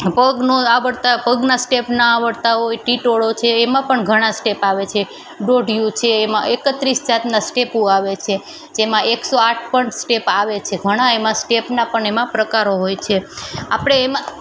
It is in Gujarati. પગ ન આવડતા હોય પગના સ્ટેપ ન આવળતા હોય ટિટોળો છે એમાં પણ ઘણા સ્ટેપ આવે છે દોઢિયું છે એમાં એકત્રીસ જાતના સ્ટેપું આવે છે જેમાં એકસો આઠ પણ સ્ટેપ આવે છે ઘણા એમાં સ્ટેપના પણ એમાં પ્રકારો હોય છે આપણે એમાં